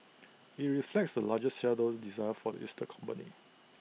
IT reflects the largest shareholder's desire for the listed company